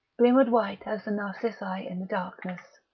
glimmered white as the narcissi in the darkness.